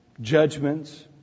judgments